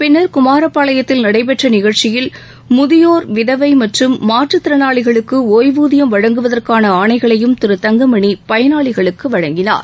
பின்னர் குமாரபாளையத்தில் நடைபெற்ற நிகழ்ச்சியில் முதியோர் விதவை மற்றும் மாற்றுத் திறனாளிகளுக்கு ஒய்வூதியம் வழங்குவதற்கான ஆணைகளையும் திரு தங்கமணி பயனாளிகளுக்கு வழங்கினார்